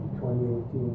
2018